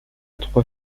trois